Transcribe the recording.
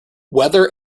whether